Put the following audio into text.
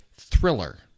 thriller